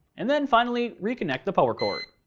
and then finally reconnect the power cord.